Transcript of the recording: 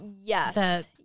Yes